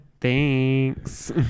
Thanks